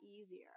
easier